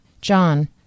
John